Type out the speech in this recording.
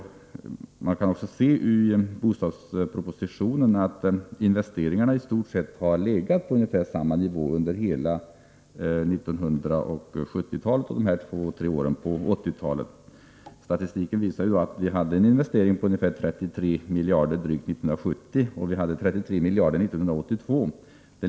Man kan också i bostadspropositionen se att investeringarna har legat på i stort sett samma nivå under hela 1970-talet och under de två, tre åren på 1980-talet. Statistiken visar att vi hade en investering på drygt 33 miljarder 1970, och vi hade en investering på 33 miljarder 1982.